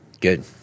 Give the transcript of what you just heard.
Good